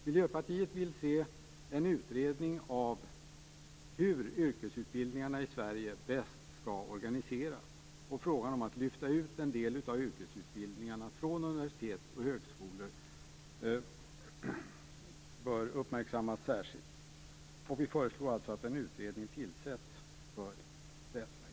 Miljöpartiet vill se en utredning av hur yrkesutbildningarna i Sverige bäst skall organiseras och av frågan om att lyfta ut en del av yrkesutbildningarna från universitet och högskolor. Detta bör uppmärksammas särskilt. Vi föreslår alltså att en utredning tillsätts.